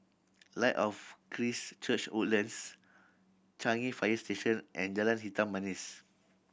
Light of Christ Church Woodlands Changi Fire Station and Jalan Hitam Manis